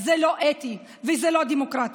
זה לא אתי וזה לא דמוקרטי.